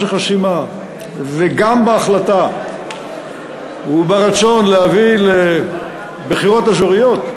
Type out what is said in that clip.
החסימה וגם בהחלטה וברצון להביא לבחירות אזוריות,